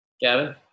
Gavin